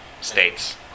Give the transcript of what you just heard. states